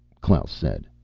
klaus said.